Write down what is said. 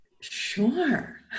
sure